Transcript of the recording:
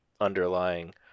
underlying